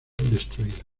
destruida